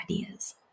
ideas